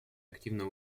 активно